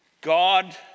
God